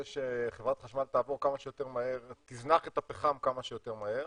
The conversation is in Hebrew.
שחברת החשמל תזנח את הפחם כמה שיותר מהר.